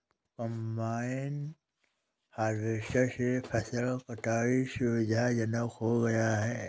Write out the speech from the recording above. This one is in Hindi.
कंबाइन हार्वेस्टर से फसल कटाई सुविधाजनक हो गया है